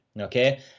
Okay